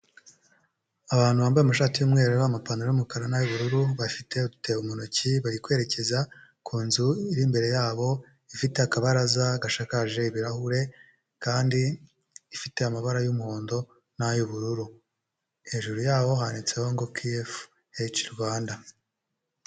Abantu bambaye amashati y'umweru, amapantaro y'umukara n'ay'ubururu bafite udutebo mu ntoki, bari kwerekeza ku nzu iri imbere yabo ifite akabaraza gashakaje ibirahure kandi ifite amabara y'umuhondo n'ay'ubururu, hejuru yaho handitseho ngo KFH Rwanda.